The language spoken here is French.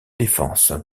défense